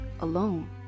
alone